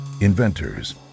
inventors